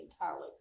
entirely